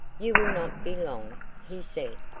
you will not be long, he said.